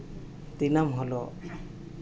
ᱫᱤᱱᱟᱹᱢ ᱦᱤᱞᱳᱜ